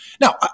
Now